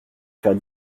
faire